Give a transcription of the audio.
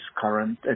current